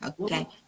okay